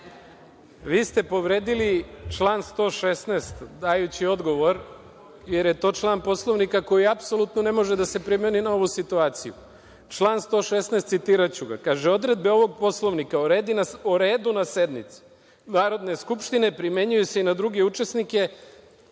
ste povredili član 116. dajući odgovor jer je to član Poslovnika, koji apsolutno ne može da se primeni na ovu situaciju. Član 116., citiraću ga, – odredbe ovog Poslovnika, o redu na sednici Narodne skupštine, primenjuju se i na druge učesnike